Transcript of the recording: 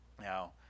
Now